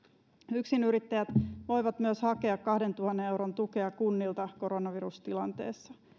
yksinyrittäjät voivat myös hakea kahdentuhannen euron tukea kunnilta koronavirustilanteessa